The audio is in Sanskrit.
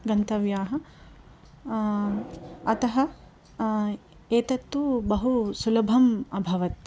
गन्तव्यः अतः एतत्तु बहु सुलभं अभवत्